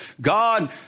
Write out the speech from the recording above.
God